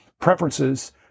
preferences